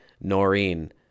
Noreen